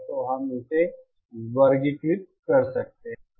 तो हम इसे वर्गीकृत कर सकते हैं